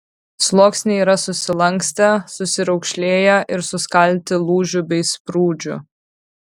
sluoksniai yra susilankstę susiraukšlėję ir suskaldyti lūžių bei sprūdžių